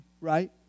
right